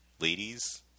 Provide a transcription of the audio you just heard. Ladies